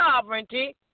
sovereignty